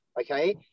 Okay